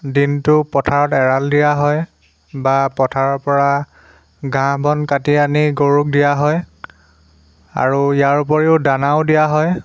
দিনটো পথাৰত এৰাল দিয়া হয় বা পথাৰৰ পৰা ঘাহঁ বন কাটি আনি গৰুক দিয়া হয় আৰু ইয়াৰ উপৰিও দানাও দিয়া হয়